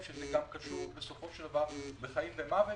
שזה גם קשור בסופו של דבר בחיים ובמוות,